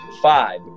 five